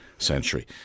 century